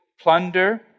plunder